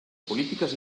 políticas